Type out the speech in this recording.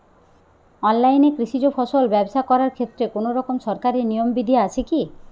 অনলাইনে কৃষিজ ফসল ব্যবসা করার ক্ষেত্রে কোনরকম সরকারি নিয়ম বিধি আছে কি?